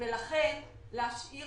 לכן להשאיר